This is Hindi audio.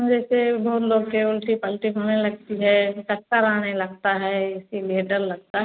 जैसे बहुत लोटे वोटे पलटी खाने लगती है चक्कर आने लगता है इसीलिए डर लगता है